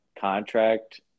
contract